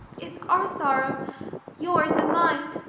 it's our sorrow yours and mine.